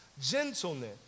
gentleness